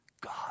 God